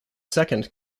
second